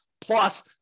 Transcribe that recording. plus